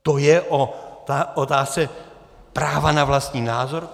To je o otázce práva na vlastní názor?